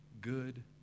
good